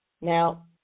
Now